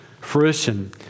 fruition